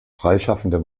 freischaffender